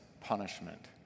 punishment